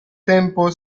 tempo